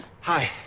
hi